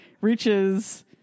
reaches